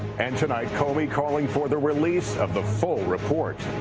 and tonight comey calling for the release of the full report.